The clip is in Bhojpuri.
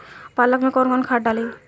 पालक में कौन खाद डाली?